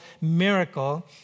miracle